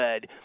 good